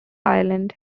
island